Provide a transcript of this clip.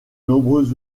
nombreux